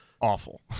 awful